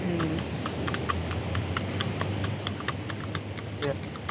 हूं क्लियर